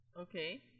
Okay